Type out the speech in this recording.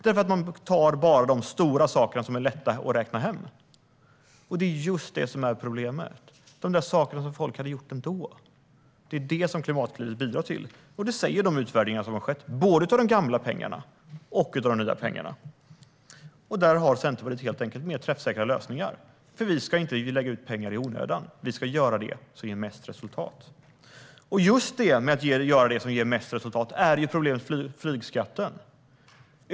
Man tar nämligen bara de stora sakerna som är lätta att räkna hem. Det är just det som är problemet, de där sakerna som folk hade gjort ändå. Det bidrar Klimatklivet till. Det sägs i de utvärderingar som har gjorts, både av de gamla pengarna och av de nya pengarna. Centerpartiet har helt enkelt mer träffsäkra lösningar. Vi ska inte lägga ut pengar i onödan. Vi ska göra det som ger mest resultat. Problemet med flygskatten är just att man ska göra det som ger mest resultat.